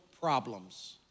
problems